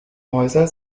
häuser